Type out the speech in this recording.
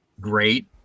great